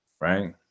right